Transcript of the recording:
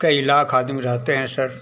कई लाख आदमी रहते हैं सर